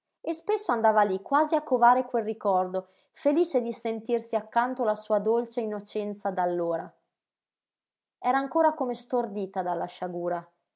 e spesso andava lí quasi a covare quel ricordo felice di sentirsi accanto la sua dolce innocenza d'allora era ancora come stordita dalla sciagura